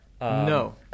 No